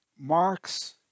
Marx